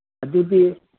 ꯑꯗꯨꯗꯤ